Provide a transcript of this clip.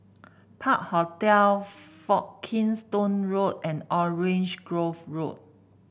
Park Hotel Folkestone Road and Orange Grove Road